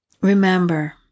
Remember